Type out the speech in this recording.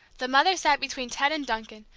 the mother sat between ted and duncan,